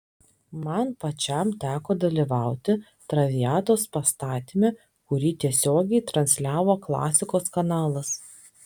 man pačiam teko dalyvauti traviatos pastatyme kurį tiesiogiai transliavo klasikos kanalas